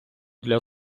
для